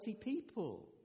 people